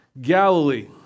Galilee